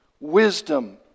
wisdom